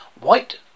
white